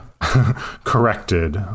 corrected